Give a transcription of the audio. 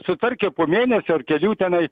sutvarkė po mėnesio ar kelių tenai